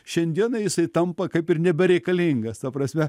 šiandieną jisai tampa kaip ir nebereikalingas ta prasme